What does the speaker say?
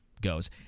goes